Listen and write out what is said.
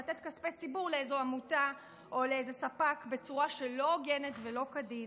לתת כספי ציבור לאיזו עמותה או לאיזה ספק בצורה שלא הוגנת ולא כדין,